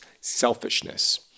selfishness